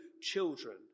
children